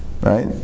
right